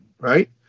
Right